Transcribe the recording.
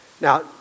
Now